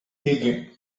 ege